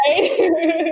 Right